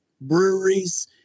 breweries